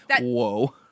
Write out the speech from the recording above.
Whoa